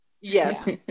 yes